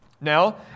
Now